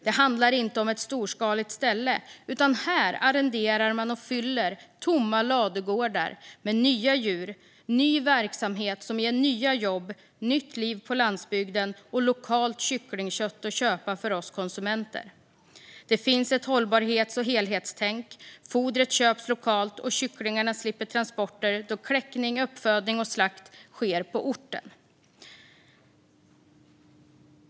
Det handlar inte om ett storskaligt ställe, utan här arrenderar man och fyller tomma ladugårdar med nya djur och ny verksamhet som ger nya jobb, nytt liv på landsbygden och lokalt kycklingkött att köpa för oss konsumenter. Det finns ett hållbarhets och helhetstänk, fodret köps lokalt och kycklingarna slipper transporter då kläckning, uppfödning och slakt sker på orten.